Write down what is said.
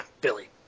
Billy